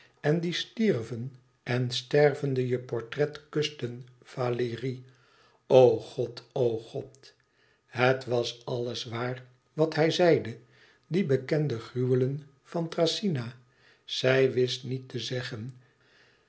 en die stierven en stervende je portret kusten valérie o god o god het was alles waar wat hij zeide die bekende gruwelen van thracyna zij wist niet te zeggen